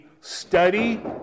Study